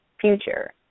future